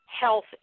health